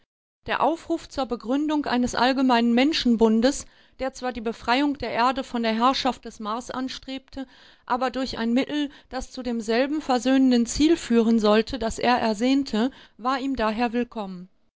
der aufruf zur begründung eines allgemeinen menschenbundes der zwar die befreiung der erde von der herrschaft des mars anstrebte aber durch ein mittel das zu demselben versöhnenden ziel führen sollte das er ersehnte war ihm daher willkommen